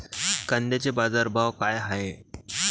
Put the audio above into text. कांद्याचे बाजार भाव का हाये?